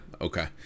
Okay